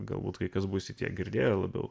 galbūt kai kas būsite girdėję labiau